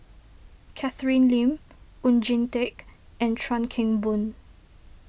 Catherine Lim Oon Jin Teik and Chuan Keng Boon